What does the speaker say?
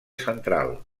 central